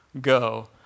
go